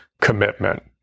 commitment